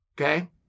okay